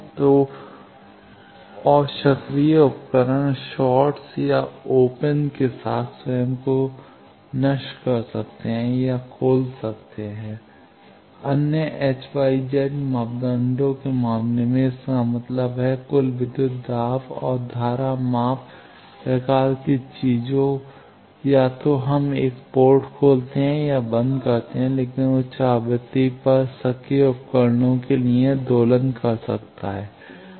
तो और सक्रिय उपकरण शॉर्ट्स या ओपन के साथ स्वयं को नष्ट कर सकते हैं या खोल सकते हैं अन्य H Y Z मापदंडों के मामले में इसका मतलब है कुल विद्युत दाब और धारा माप प्रकार की चीजें या तो हम एक पोर्ट खोलते हैं या बंद करते हैं लेकिन उच्च आवृत्ति पर सक्रिय उपकरणों के लिए यह दोलन कर सकता है